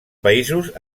països